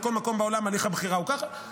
ובכל מקום בעולם הליך הבחירה הוא ככה.